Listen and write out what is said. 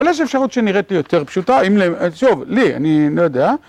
אולי יש אפשרות שנראית לי יותר פשוטה, אם... טוב, לי, אני לא יודע.